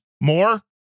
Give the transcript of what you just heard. more